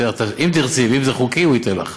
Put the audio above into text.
אם תרצי ואם זה חוקי, הוא ייתן לך.